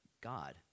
God